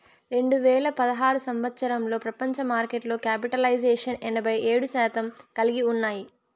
రెండు వేల పదహారు సంవచ్చరంలో ప్రపంచ మార్కెట్లో క్యాపిటలైజేషన్ ఎనభై ఏడు శాతం కలిగి ఉన్నాయి